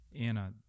Anna